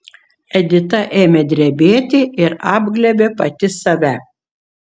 edita ėmė drebėti ir apglėbė pati save